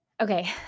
Okay